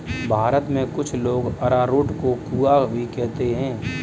भारत में कुछ लोग अरारोट को कूया भी कहते हैं